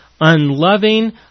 unloving